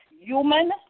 human